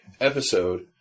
episode